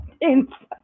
Inside